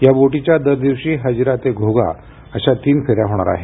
या बोटीच्या दर दिवशी हजिरा ते घोघा अशा तीन फेऱ्या होणार आहेत